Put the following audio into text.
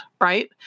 right